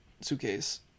suitcase